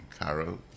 Carol